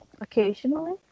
Occasionally